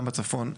גם בצפון,